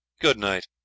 Good-night